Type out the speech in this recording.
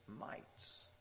mites